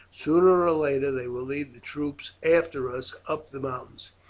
sooner or later they will lead the troops after us up the mountains.